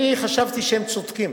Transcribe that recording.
חשבתי שהם צודקים,